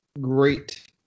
great